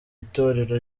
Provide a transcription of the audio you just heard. itorero